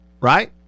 right